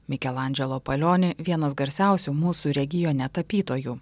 mikelandželo palioni vienas garsiausių mūsų regione tapytojų